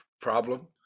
problem